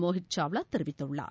மோஹித் சாவ்லா தெரிவித்துள்ளார்